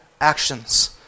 actions